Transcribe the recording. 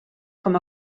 com